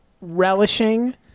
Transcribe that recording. relishing